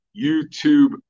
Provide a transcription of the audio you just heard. YouTube